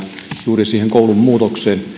juuri siihen koulun muutokseen